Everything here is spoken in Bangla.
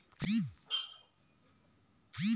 বাদ্দিক বাণিজ্য যেই কেনা বেচা ইন্টারনেটের মাদ্ধমে হয়ঢু